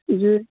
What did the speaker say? جی